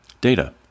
Data